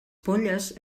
polles